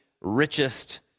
richest